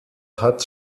hat